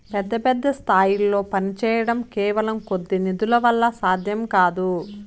పెద్ద పెద్ద స్థాయిల్లో పనిచేయడం కేవలం కొద్ది నిధుల వల్ల సాధ్యం కాదు